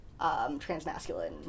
transmasculine